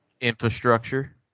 Infrastructure